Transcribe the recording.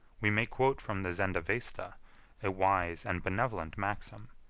we may quote from the zendavesta a wise and benevolent maxim,